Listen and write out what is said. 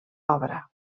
obra